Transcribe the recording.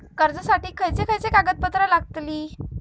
कर्जासाठी खयचे खयचे कागदपत्रा लागतली?